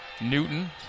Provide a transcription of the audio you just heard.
Newton